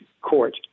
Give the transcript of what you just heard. court